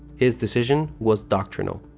his decision was doctrinal.